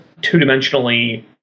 two-dimensionally